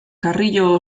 carrillo